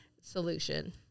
solution